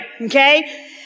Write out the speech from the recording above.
okay